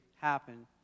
happen